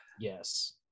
Yes